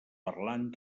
parlant